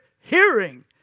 hearing